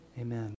amen